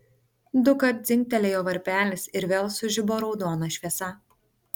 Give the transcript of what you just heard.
dukart dzingtelėjo varpelis ir vėl sužibo raudona šviesa